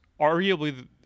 arguably